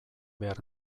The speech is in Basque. behar